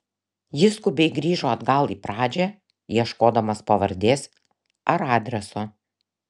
jis skubiai grįžo atgal į pradžią ieškodamas pavardės ar adreso